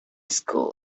school